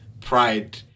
pride